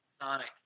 Sonic